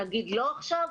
נגיד לא עכשיו?